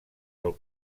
del